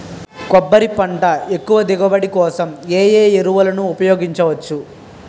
కొబ్బరి పంట ఎక్కువ దిగుబడి కోసం ఏ ఏ ఎరువులను ఉపయోగించచ్చు?